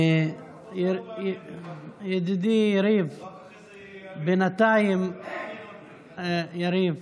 ידידי יריב, בינתיים, יריב,